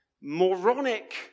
moronic